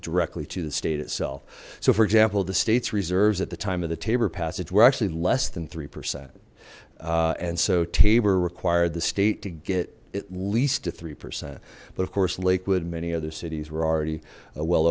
directly to the state itself so for example the state's reserves at the time of the tabor passage we're actually less than three percent and so tabor required the state to get at least a three percent but of course lakewood many other cities were already well